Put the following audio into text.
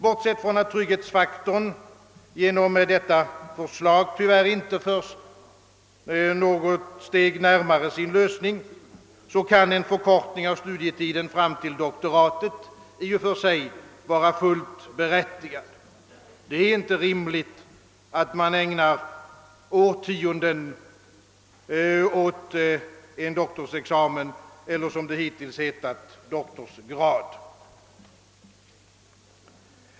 Bortsett från att trygghetsfaktorn genom detta förslag tyvärr inte förs något steg närmare sin lösning kan en förkortning av studietiden fram till doktoratet i och för sig vara fullt berättigad. Det är inte rimligt att ägna årtionden åt en doktorsexamen — eller doktorsgrad som det hittills har hetat.